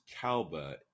Kalba